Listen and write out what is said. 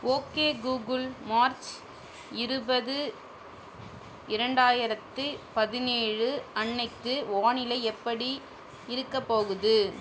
okay Google March இருபது இரண்டாயிரத்து பதினேழு அன்றைக்கு வானிலை எப்படி இருக்கப் போகுது